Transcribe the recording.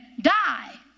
die